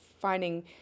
finding